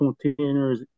containers